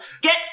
Get